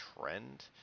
trend